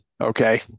Okay